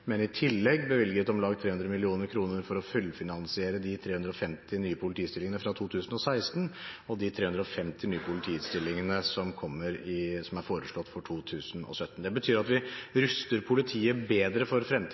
men i tillegg bevilget om lag 300 mill. kr for å fullfinansiere de 350 nye politistillingene fra 2016 og de 350 nye politistillingene som er foreslått for 2017. Det betyr at vi ruster politiet bedre for fremtiden